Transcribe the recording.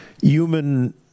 human